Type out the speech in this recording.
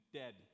dead